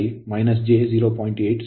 5 j0